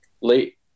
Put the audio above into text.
late